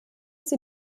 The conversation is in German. sie